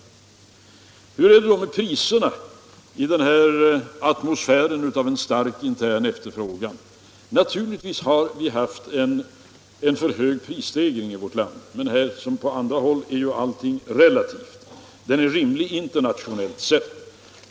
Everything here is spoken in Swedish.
Hur är det då med priserna i atmosfären av en stark intern efterfrågan? Naturligtvis har vi haft en för hög prisstegring i vårt land, men här som på andra håll är ju allting relativt. Prisstegringen är rimlig internationellt sett.